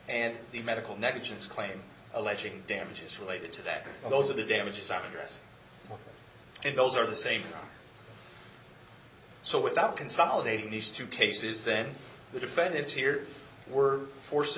and the medical negligence claim alleging damages related to that those are the damages are addressed and those are the same so without consolidating these two cases then the defendants here were forced to